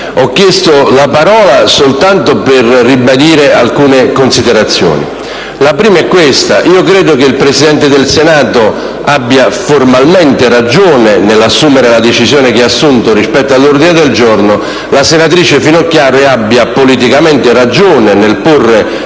Ho chiesto la parola soltanto per ribadire alcune considerazioni, la prima delle quali è che credo che il Presidente del Senato abbia formalmente ragione nell'assumere la decisione che ha assunto rispetto all'ordine del giorno e che la senatrice Finocchiaro abbia politicamente ragione nel porre